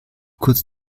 kurz